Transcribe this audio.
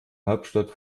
hauptstadt